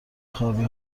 خوابی